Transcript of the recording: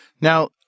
Now